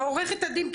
עורכת הדין,